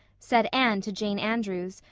said anne to jane andrews,